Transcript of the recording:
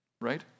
Right